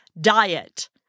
Diet